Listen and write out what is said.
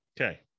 Okay